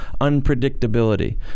unpredictability